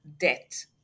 Debt